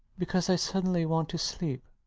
because i suddenly want to sleep.